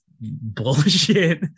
bullshit